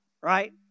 right